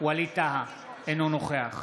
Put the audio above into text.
ווליד טאהא, אינו נוכח